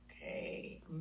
okay